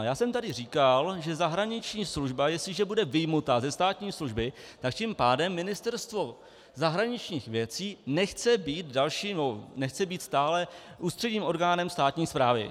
Já jsem tady říkal, že zahraniční služba jestliže bude vyjmuta ze státní služby, tak tím pádem Ministerstvo zahraničních věcí nechce být stále ústředním orgánem státní správy.